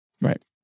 Right